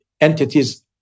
entities